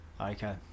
Okay